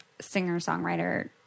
singer-songwriter